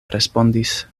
respondis